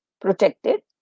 protected